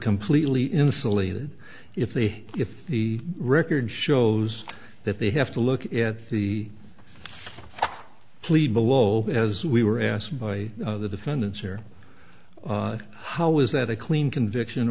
completely insulated if the if the record shows that they have to look at the plead nolo as we were asked by the defendants here how is that a clean conviction